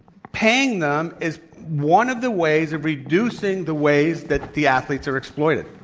paying them is one of the ways of reducing the ways that the athletes are exploited.